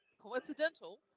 coincidental